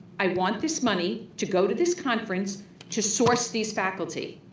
i want this money to go to this conference to source these faculty.